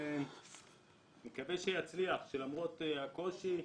אני מקווה שיצליח למרות הקושי,